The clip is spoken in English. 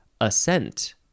assent